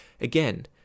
Again